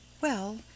Well